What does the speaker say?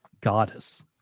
goddess